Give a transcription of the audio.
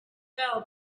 bell